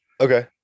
okay